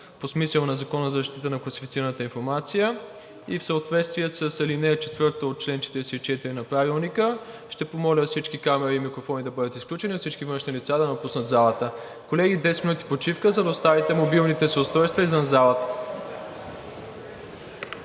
по смисъла на Закона за защита на класифицираната информация, и в съответствие с ал. 4 от чл. 44 на Правилника ще помоля всички камери и микрофони да бъдат изключени, а всички външни лица да напуснат залата. Колеги, 10 минути почивка, за да оставите мобилните си устройства извън залата.